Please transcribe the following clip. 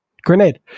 grenade